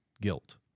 guilt